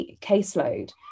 caseload